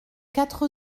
quatre